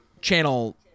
channel